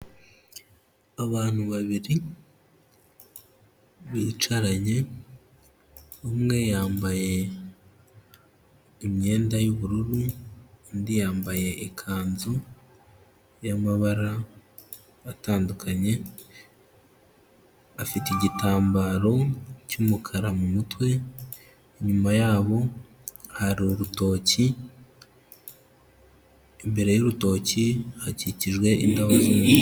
Abantu babiri bicaranye umwe yambaye imyenda y'ubururu indi yambaye ikanzu y'amabara atandukanye, afite igitambaro cy'umukara mu mutwe inyuma yabo hari urutoki, imbere y'urutoki hakikijwe indabo nyinshi.